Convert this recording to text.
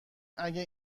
اگه